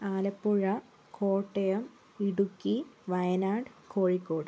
Alappuzha Kottayam Idukki Wayanad Kozhikode